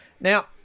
now